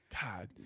God